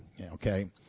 Okay